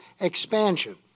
expansion